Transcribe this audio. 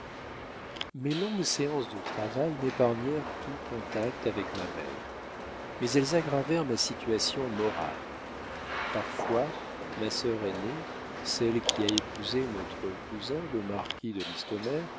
mes longues séances de travail m'épargnèrent tout contact avec ma mère mais elles aggravèrent ma situation morale parfois ma sœur aînée celle qui a épousé notre cousin le marquis de listomère